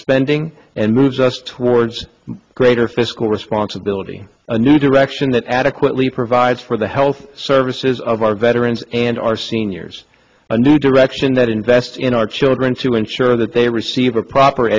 spending and moves us towards greater fiscal responsibility a new direction that adequately provides for the health services of our veterans and our seniors a new direction that invests in our children to ensure that they receive a proper